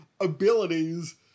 abilities